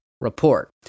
Report